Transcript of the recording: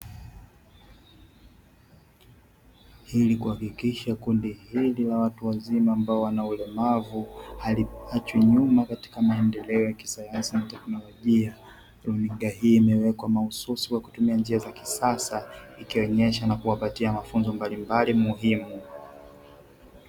Ili kuhakikisha kundi hili la watu wenye ulemavu haliachwi nyuma katika maendeleo ya kisayansi na teknolojia hii imewekwa mahususi kwa njia ya kisasa ikionyesha na kuwapatia mafunzo mbalimbali muhimu.